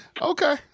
Okay